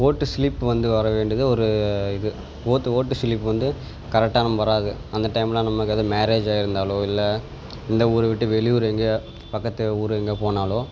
ஓட்டு ஸ்லிப் வந்து வர வேண்டியது ஒரு இது ஓத்து ஓட்டு சிலிப் வந்து கரெக்டாக நமக்கு வராது அந்த டைமில் நமக்கு எதுவும் மேரேஜ் ஆகிருந்தாலோ இல்லை இல்லை ஊரு விட்டு வெளியூரு எங்கேயோ பக்கத்து ஊரு எங்கேயா போனாலோ